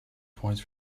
points